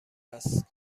است